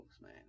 man